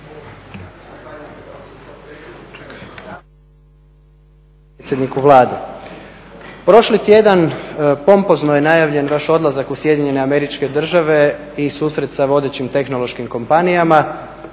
Prošli tjedan pompozno je najavljen vaš odlazak u SAD i susret sa vodećim tehnološkim kompanijama.